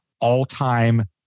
all-time